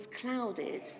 clouded